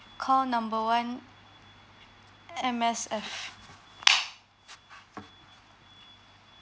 call number one M_S_F